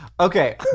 Okay